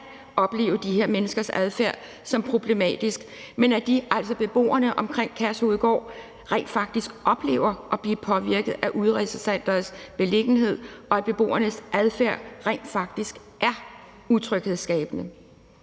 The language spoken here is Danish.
opleve de her menneskers adfærd som problematisk, men at de, altså beboerne omkring Kærshovedgård, rent faktisk oplever at blive påvirket af udrejsecenterets beliggenhed, og at beboernes adfærd rent faktisk er utryghedsskabende?